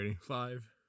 five